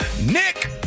Nick